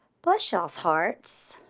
blush ah hearts,